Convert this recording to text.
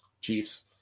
Chiefs